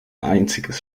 einziges